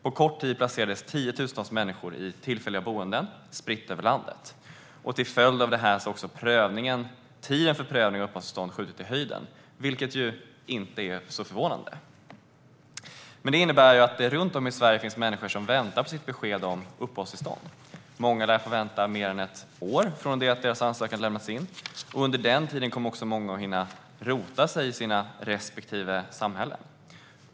På kort tid placerades tiotusentals människor i tillfälliga boenden spridda över landet. Till följd av detta har tiden för prövning av uppehållstillstånd skjutit i höjden, vilket ju inte är så förvånande. Det innebär att det runt om i Sverige finns människor som väntar på sitt besked om uppehållstillstånd. Många lär få vänta mer än ett år från det att deras ansökan lämnats in. Under den tiden kommer många att hinna rota sig i sina respektive samhällen.